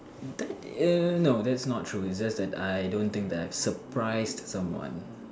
that err no that's not true it's just that I don't think that I've surprised someone